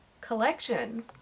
collection